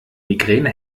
migräne